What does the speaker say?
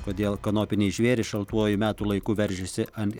kodėl kanopiniai žvėrys šaltuoju metų laiku veržiasi ant